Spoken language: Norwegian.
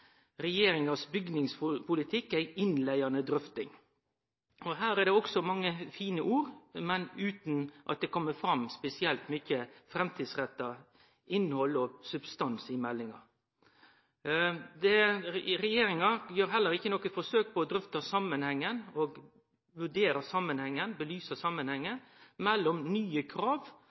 er om regjeringa sin bygningspolitikk, ei innleiande drøfting. Her er det òg mange fine ord, men utan at det kjem fram spesielt mykje framtidsretta innhald og substans i meldinga. Regjeringa gjer heller ikkje noko forsøk på å drøfte samanhengen – vurdere og belyse samanhengen – mellom nye krav